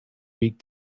week